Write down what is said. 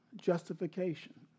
justification